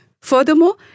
Furthermore